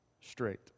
straight